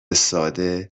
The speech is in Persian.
ساده